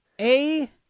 A-